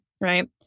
right